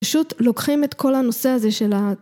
פשוט לוקחים את כל הנושא הזה של ה...